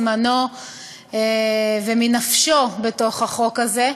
מזמנו ומנפשו בתוך החוק הזה.